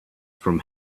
from